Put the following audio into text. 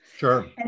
Sure